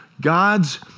God's